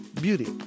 beauty